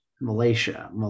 Malaysia